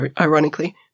ironically